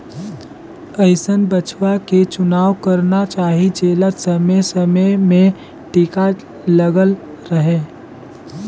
अइसन बछवा के चुनाव करना चाही जेला समे समे में टीका लगल रहें